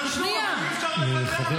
אבל אי-אפשר לוותר על משהו שלא שלכם.